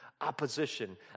opposition